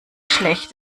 schlecht